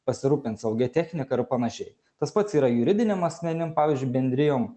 pasirūpint saugia technika ir panašiai tas pats yra juridiniam asmenim pavyzdžiui bendrijom